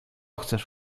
chcesz